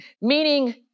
meaning